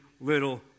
little